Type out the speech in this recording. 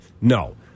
no